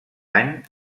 any